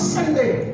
Sunday